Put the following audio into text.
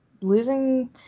losing